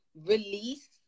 release